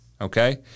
okay